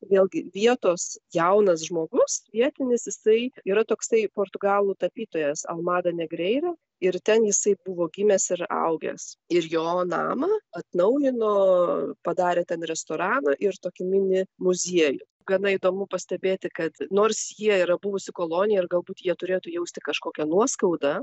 vėlgi vietos jaunas žmogus vietinis jisai yra toksai portugalų tapytojas almada negreira ir ten jisai buvo gimęs ir augęs ir jo namą atnaujino padarė ten restoraną ir tokį mini muziejų gana įdomu pastebėti kad nors jie yra buvusi kolonija ir galbūt jie turėtų jausti kažkokią nuoskaudą